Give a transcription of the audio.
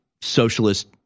socialist